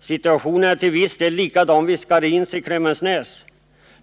Situationen är till viss del likadan vid Scharins i Klemensnäs.